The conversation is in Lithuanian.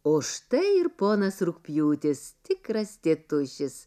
o štai ir ponas rugpjūtis tikras tėtušis